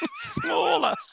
smaller